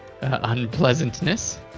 unpleasantness